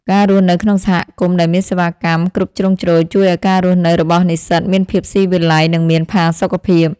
ការរស់នៅក្នុងសហគមន៍ដែលមានសេវាកម្មគ្រប់ជ្រុងជ្រោយជួយឱ្យការរស់នៅរបស់និស្សិតមានភាពស៊ីវិល័យនិងមានផាសុកភាព។